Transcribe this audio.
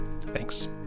Thanks